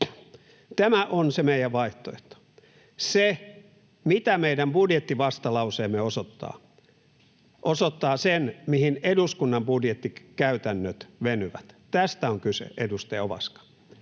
Tämä on se meidän vaihtoehtomme. Se, mitä meidän budjettivastalauseemme osoittaa, osoittaa sen, mihin eduskunnan budjettikäytännöt venyvät. Tästä on kyse, edustaja Ovaska.